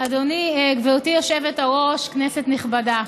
גברתי היושבת-ראש, כנסת נכבדה,